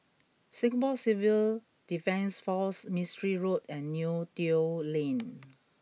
Singapore Civil Defence Force Mistri Road and Neo Tiew Lane